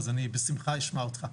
אז אני בשמחה אשמע אותך.